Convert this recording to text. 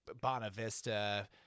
bonavista